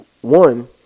one